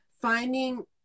finding